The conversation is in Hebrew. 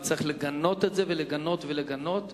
צריך לגנות את זה, לגנות ולגנות.